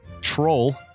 Troll